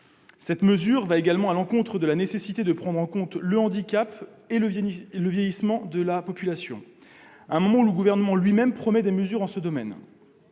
L'article 18 va également à l'encontre de la nécessité de prendre en compte tant le handicap que le vieillissement de la population, à un moment où le Gouvernement lui-même promet des mesures en ce domaine.